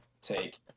take